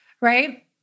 right